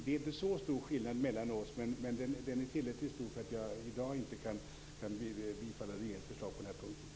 Det är inte så stor skillnad mellan oss, men den är tillräckligt stor för att jag i dag inte kan bifalla regeringens förslag på den punkten.